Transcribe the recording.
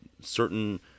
certain